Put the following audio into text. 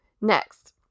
Next